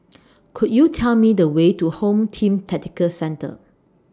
Could YOU Tell Me The Way to Home Team Tactical Centre